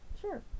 Sure